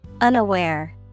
Unaware